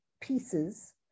pieces